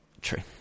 True